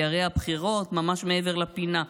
כי הרי הבחירות ממש מעבר לפינה.